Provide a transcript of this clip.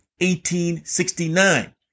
1869